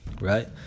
right